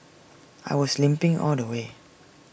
I was limping all the way